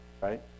right